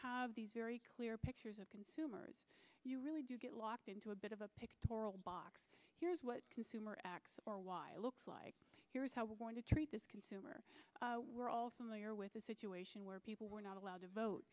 have these very clear pictures of consumers you really do get locked into a bit of a pictorial box here's what consumer x or y looks like here's how we're going to treat this consumer we're all familiar with a situation where people were not allowed to vote